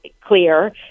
clear